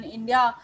India